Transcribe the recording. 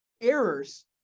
errors